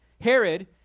Herod